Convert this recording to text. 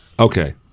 Okay